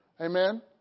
Amen